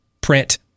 print